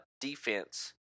defense